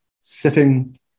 sitting